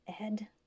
Ed